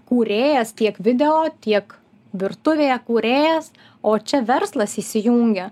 kūrėjas tiek video tiek virtuvėje kūrėjas o čia verslas įsijungia